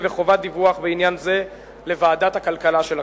וחובת דיווח בעניין זה לוועדת הכלכלה של הכנסת.